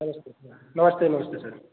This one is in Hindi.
नमस्ते हाँ नमस्ते नमस्ते सर